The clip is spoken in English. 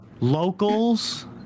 Locals